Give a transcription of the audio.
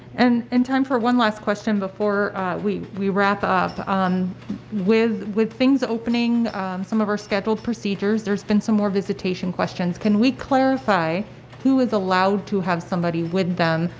and and time for one last question before we we wrap up. um with with things opening some of our scheduled procedures there's been some more visitation questions. can we clarify who is allowed to have somebody with them,